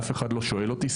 אף אחד לא שואל אותי.